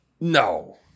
no